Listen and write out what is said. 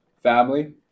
family